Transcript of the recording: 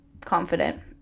confident